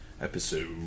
episode